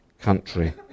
country